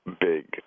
big